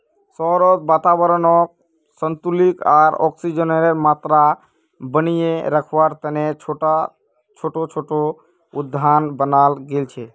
शहरत वातावरनक संतुलित आर ऑक्सीजनेर मात्रा बनेए रखवा तने छोटो छोटो उद्यान बनाल गेल छे